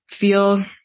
feel